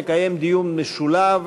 נקיים דיון משולב